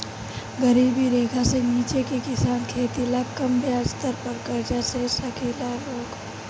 गरीबी रेखा से नीचे के किसान खेती ला कम ब्याज दर पर कर्जा ले साकेला लोग